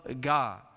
God